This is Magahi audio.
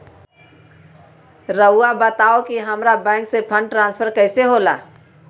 राउआ बताओ कि हामारा बैंक से फंड ट्रांसफर कैसे होला?